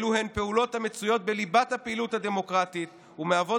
אלו פעולות המצויות בליבת הפעילות הדמוקרטית ומהוות